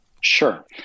Sure